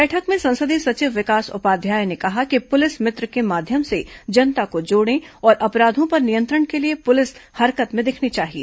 बैठक में संसदीय सचिव विकास उपाध्याय ने कहा कि पुलिस मित्र के माध्यम से जनता को जोड़े और अपराधों पर नियंत्रण के लिए पुलिस हरकत में दिखनी चाहिए